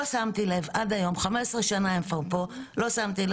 לא שמתי לב עד היום 15 שנה הם כבר פה שהעובדה